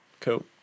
cool